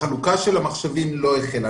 החלוקה של המחשבים לא החלה.